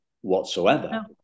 whatsoever